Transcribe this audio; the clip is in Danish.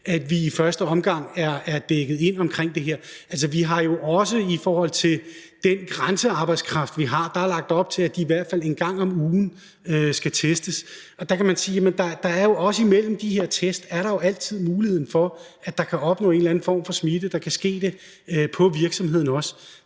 at vi i første omgang er dækket ind. I forhold til den grænsearbejdskraft, vi har, er der jo også lagt op til, at de i hvert fald en gang om ugen skal testes, og der kan man sige, at der imellem de her test også altid er muligheden for, at der kan opstå en eller anden form for smitte. Det kan også ske på virksomheden.